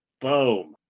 Boom